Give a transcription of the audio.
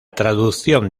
traducción